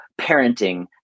parenting